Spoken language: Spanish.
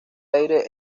aire